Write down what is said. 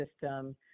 system